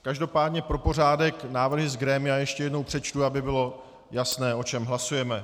Každopádně pro pořádek návrhy z grémia ještě jednou přečtu, aby bylo jasné, o čem hlasujeme.